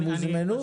הם הוזמנו?